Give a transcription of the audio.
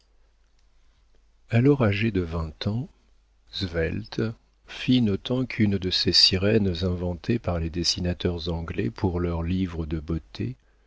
alors âgée de vingt ans svelte fine autant qu'une de ces sirènes inventées par les dessinateurs anglais pour leurs livres de beautés